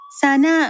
sana